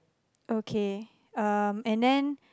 okay um and then